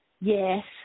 Yes